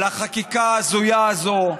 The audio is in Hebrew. על החקיקה ההזויה הזאת.